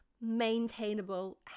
maintainable